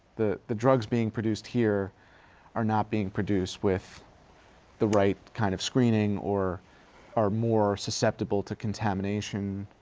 the the drugs being produced here are not being produced with the right kind of screening or are more susceptible to contamination.